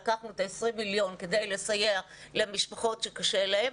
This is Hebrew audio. לקחת 20 מיליון כדי לסייע למשפחות שקשה להן,